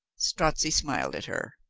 strozzi smiled at her.